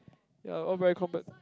ya all very compet~